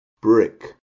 Brick